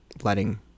letting